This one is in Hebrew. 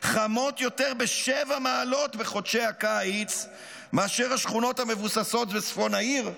חמות יותר בשבע מעלות בחודשי הקיץ מאשר השכונות המבוססות בצפון העיר?